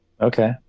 Okay